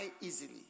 easily